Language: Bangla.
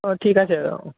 ও ঠিক আছে